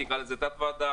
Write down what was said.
תקרא לזה תת ועדה